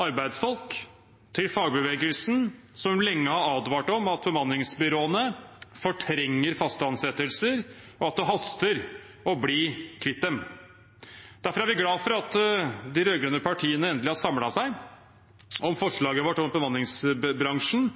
arbeidsfolk og til fagbevegelsen, som lenge har advart om at bemanningsbyråene fortrenger faste ansettelser, og at det haster å bli kvitt dem. Derfor er vi glad for at de rød-grønne partiene endelig har samlet seg om vårt forslag om at bemanningsbransjen